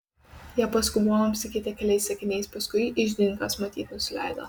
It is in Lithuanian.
jie paskubom apsikeitė keliais sakiniais paskui iždininkas matyt nusileido